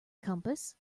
compass